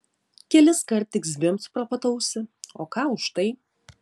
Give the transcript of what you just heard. keliskart tik zvimbt pro pat ausį o ką už tai